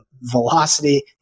velocity